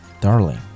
Darling